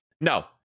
No